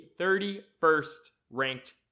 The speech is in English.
31st-ranked